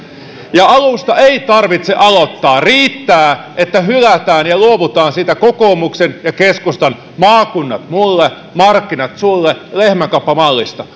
ja alusta ei tarvitse aloittaa riittää että hylätään ja luovutaan siitä kokoomuksen ja keskustan maakunnat mulle markkinat sulle lehmänkauppamallista